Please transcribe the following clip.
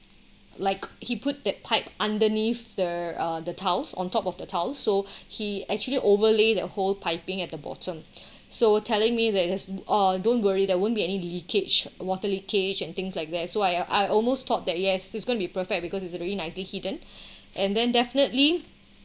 like he put that type underneath the uh the tiles on top of the tiles so he actually overlay that whole piping at the bottom so telling me that uh don't worry there won't be any leakage water leakage and things like that so I I almost thought that yes it's gonna be perfect because it's really nicely hidden and then definitely